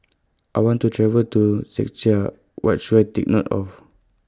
I want to travel to Czechia What should I Take note of